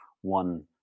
one